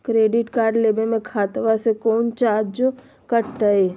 Credit card लेवे में खाता से कोई चार्जो कटतई?